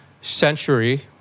century